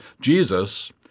Jesus